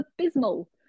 abysmal